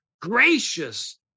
gracious